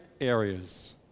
areas